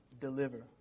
deliver